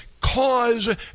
cause